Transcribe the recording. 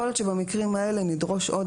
יכול להיות שבמקרים האלה נדרוש עוד